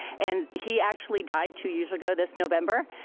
and he actually died two years ago this november,